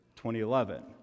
2011